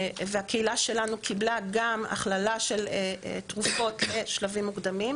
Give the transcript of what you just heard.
והקהילה שלנו קיבלה גם הכללה של תרופות לשלבים מוקדמים,